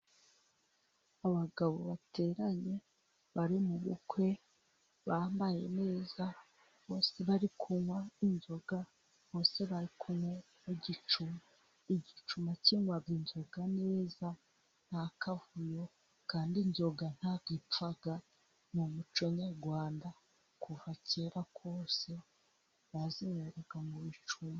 Abagabo bateranye bari mu bukwe bambaye neza, bose bari kunywa inzoga, bose bari kumwe ku gicuma, igicuma kinywa inzoga neza nta kavuyo, kandi inzoga ntabwo ipfa, mu muco nyarwanda kuva kera kose bazinyweraga mu bicumbi.